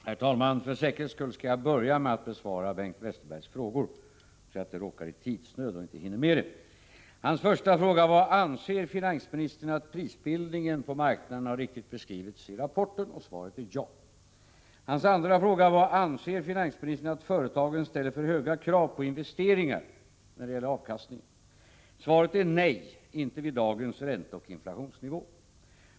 Herr talman! För säkerhets skull skall jag börja med att besvara Bengt Westerbergs frågor, så att jag inte råkar i tidsnöd och inte hinner med det. Hans första fråga var: Anser finansministern att prisbildningen på marknaden har beskrivits riktigt i rapporten? Svaret är ja. Hans andra fråga var: Anser finansministern att företagen ställer för höga krav på investeringar när det gäller avkastningen? Svaret är nej, inte vid dagens ränteoch inflationsnivå.